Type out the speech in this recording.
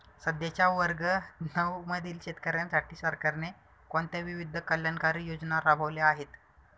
सध्याच्या वर्ग नऊ मधील शेतकऱ्यांसाठी सरकारने कोणत्या विविध कल्याणकारी योजना राबवल्या आहेत?